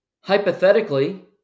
hypothetically